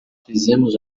fizemos